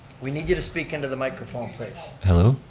we need you to speak into the microphone, please. hello.